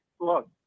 look